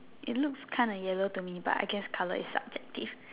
it looks kinda yellow to me but I guess colour is subjective